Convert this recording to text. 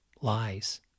lies